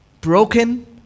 Broken